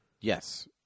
Yes